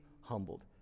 humbled